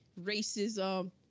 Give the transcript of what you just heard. racism